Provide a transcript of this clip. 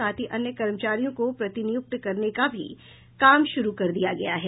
साथ ही अन्य कर्मचारियों को प्रतिनियुक्त करने का भी काम शुरू कर दिया गया है